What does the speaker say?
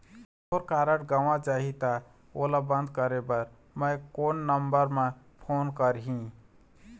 मोर card गंवा जाही त ओला बंद करें बर मैं कोन नंबर म फोन करिह?